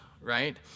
right